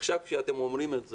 ועכשיו כשאתם אומרים את זה,